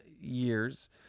years